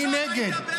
אני נגד.